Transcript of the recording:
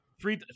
Three